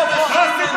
אתה לא התביישת?